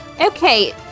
Okay